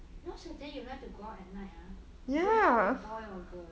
nowadays you like to go out at night ah you going out with boy or girl